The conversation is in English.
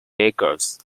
records